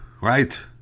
right